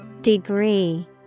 Degree